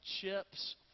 chips